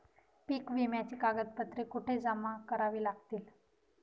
पीक विम्याची कागदपत्रे कुठे जमा करावी लागतील?